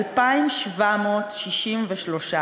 2,763,